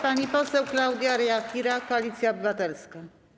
Pani poseł Klaudia Jachira, Koalicja Obywatelska.